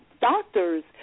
doctors